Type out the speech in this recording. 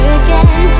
again